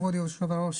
כבוד היושב-ראש,